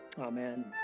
Amen